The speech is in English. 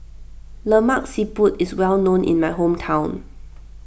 Lemak Siput is well known in my hometown